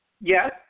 Yes